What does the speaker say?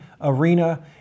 arena